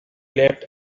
leapt